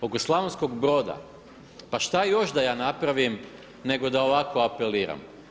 Oko Slavonskog Broda pa šta još da ja napravim nego da ovako apeliram?